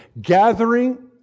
Gathering